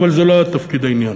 אבל זה לא התפקיד העניין.